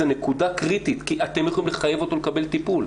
זו נקודה קריטית כי אתם יכולים לחייב אותו לקבל טיפול.